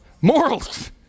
Morals